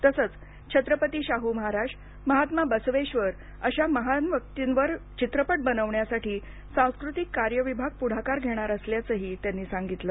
तसच छत्रपती शाहू महाराज महात्मा बसवेश्वर अशा महान व्यक्तींवर चित्रपट बनविण्यासाठी सांस्कृतिक कार्य विभाग पुढाकार घेणार असल्याचंही त्यांनी सांगितलं